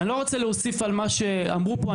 אני לא רוצה להוסיף על מה שאמרו פה,